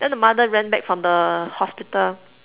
then the mother went back from the hospital